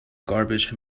garbage